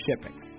shipping